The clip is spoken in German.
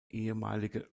ehemalige